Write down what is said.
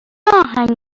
آهنگ